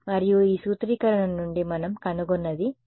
మరియు ఈ సూత్రీకరణ నుండి మనం కనుగొన్నది ఈ R 0